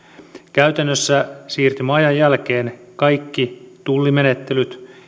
käytännössä siirtymäajan jälkeen kaikki tullimenettelyt